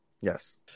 Yes